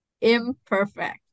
imperfect